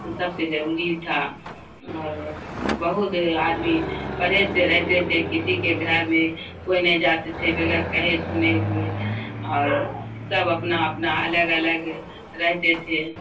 سب سے ضروری تھا اور بہت سے آدمی پرہیز سے رہتے تھے کسی کے گھر میں کوئی نہیں جاتے تھے بغیر کہے سنے ہوئے اور سب اپنا اپنا الگ الگ رہتے تھے